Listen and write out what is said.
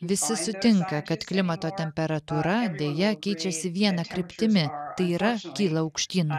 visi sutinka kad klimato temperatūra deja keičiasi viena kryptimi tai yra kyla aukštyn